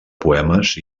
poemes